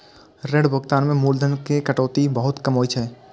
ऋण भुगतान मे मूलधन के कटौती बहुत कम होइ छै